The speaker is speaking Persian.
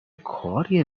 کاریه